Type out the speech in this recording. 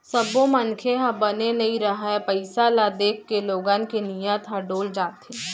सब्बो मनखे ह बने नइ रहय, पइसा ल देखके लोगन के नियत ह डोल जाथे